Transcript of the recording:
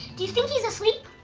do you think he's asleep?